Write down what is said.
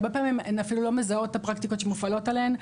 הרבה פעמים הן אפילו לא מזהות את הפרקטיקות שמופעלות עליהן.